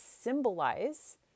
symbolize